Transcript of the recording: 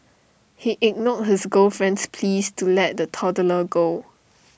he ignored his girlfriend's pleas to let the toddler go